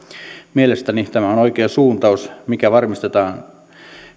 mielestäni tämä on oikea suuntaus millä varmistetaan